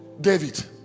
David